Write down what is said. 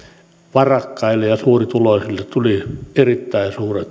varakkaille ja suurituloisille tuli erittäin suuret